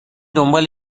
دنبال